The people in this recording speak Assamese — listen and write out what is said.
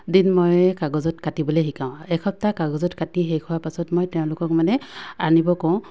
দিন মই কাগজত কাটিবলে শিকাওঁ এসপ্তাহ কাগজত কাটি শেষ হোৱাৰ পাছত মই তেওঁলোকক মানে আনিব কওঁ